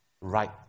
right